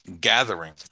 gathering